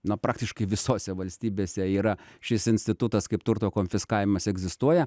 na praktiškai visose valstybėse yra šis institutas kaip turto konfiskavimas egzistuoja